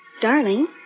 Darling